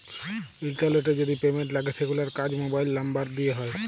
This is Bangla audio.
ইলটারলেটে যদি পেমেল্ট লাগে সেগুলার কাজ মোবাইল লামবার দ্যিয়ে হয়